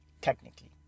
Technically